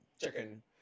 chicken